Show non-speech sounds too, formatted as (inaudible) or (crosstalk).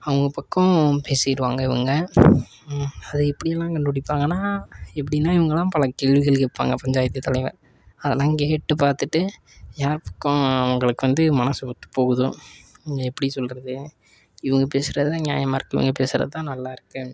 அவங்க பக்கம் பேசிடுவாங்க இவங்க அது எப்படியெல்லாம் கண்டுபிடிப்பாங்கன்னா எப்படின்னா இவங்கள்லாம் பல கேள்விகள் கேட்பாங்க பஞ்சாயத்துத் தலைவர் அதெல்லாம் கேட்டு பார்த்துட்டு யார் பக்கம் அவங்களுக்கு வந்து மனது ஒத்துப் போகுதோ (unintelligible) எப்படி சொல்கிறது இவங்க பேசுகிறது தான் நியாயமாக இருக்கும் இவங்க பேசுகிறது தான் நல்லா இருக்குது